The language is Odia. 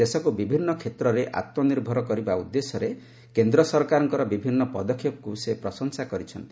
ଦେଶକୁ ବିଭିନ୍ନ କ୍ଷେତ୍ରରେ ଆତ୍ମନିର୍ଭର କରିବା ଉଦ୍ଦେଶ୍ୟରେ କେନ୍ଦ୍ର ସରକାରଙ୍କର ବିଭିନ୍ନ ପଦକ୍ଷେପକୁ ସେ ପ୍ରଶଂସା କରିଛନ୍ତି